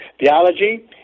Theology